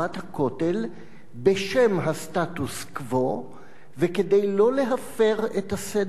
בשם הסטטוס-קוו וכדי שלא להפר את הסדר הציבורי.